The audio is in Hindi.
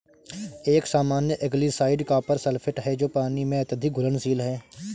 एक सामान्य एल्गीसाइड कॉपर सल्फेट है जो पानी में अत्यधिक घुलनशील है